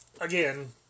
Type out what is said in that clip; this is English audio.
again